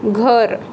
घर